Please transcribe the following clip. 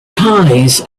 ties